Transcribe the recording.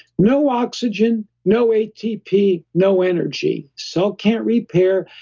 no oxygen, no atp, no energy. cell can't repair,